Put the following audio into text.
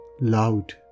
loud